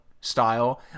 style